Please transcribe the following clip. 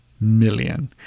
million